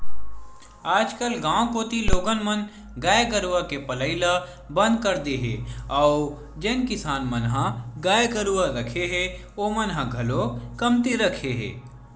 आजकल गाँव कोती लोगन मन गाय गरुवा के पलई ल बंद कर दे हे अउ जेन किसान मन ह गाय गरुवा रखे हे ओमन ह घलोक कमती रखे हे